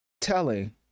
telling